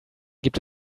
gibt